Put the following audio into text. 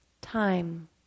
time